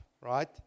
right